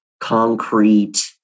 concrete